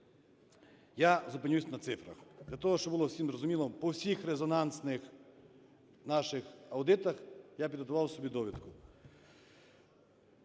Я зупинюсь для цифрах. Для того, щоб було всім зрозуміло, по всіх резонансних наших аудитах я підготував собі довідку.